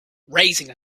raising